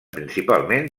principalment